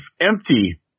empty